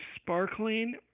sparkling